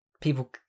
people